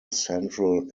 central